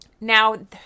Now